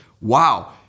wow